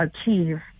achieve